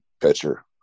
pitcher